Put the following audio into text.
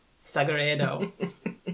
Sagredo